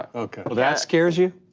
okay. that scares you?